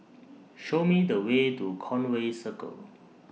Show Me The Way to Conway Circle